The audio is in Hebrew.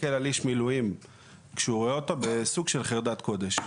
מסתכל על איש מילואים כשהוא רואה אותו בסוג של חרדת קודש.